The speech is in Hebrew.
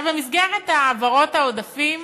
במסגרת העברות העודפים,